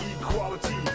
equality